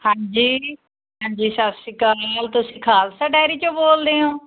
ਹਾਂਜੀ ਹਾਂਜੀ ਸਤਿ ਸ਼੍ਰੀ ਅਕਾਲ ਤੁਸੀਂ ਖਾਲਸਾ ਡੈਅਰੀ 'ਚੋ ਬੋਲਦੇ ਹੋ